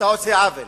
אתה עושה עוול.